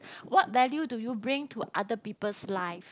what value do you bring to other people's live